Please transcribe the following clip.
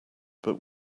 but